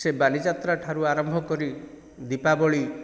ସେ ବାଲିଯାତ୍ରା ଠାରୁ ଆରମ୍ଭ କରି ଦୀପାବଳି